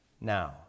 Now